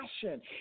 passion